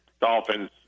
Dolphins